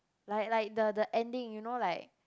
like like the the ending you know like